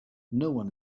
noone